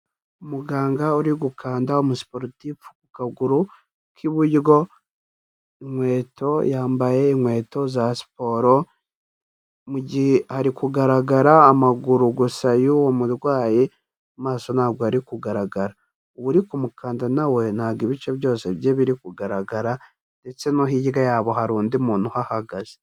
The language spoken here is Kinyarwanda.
Muganga uri gukanda umusipor9tifu ku kaguru k'iburyo. Inkweto yambaye inkweto za siporo. Mu gihe hari kugaragara amaguru gusa y'uwo murwayi amaso ntabwo ari kugaragara. Uwo uri kumukanda na we ntabwo ibice byose bye biri kugaragara ndetse no hirya yabo hari undi muntu uhahagaze.